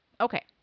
Okay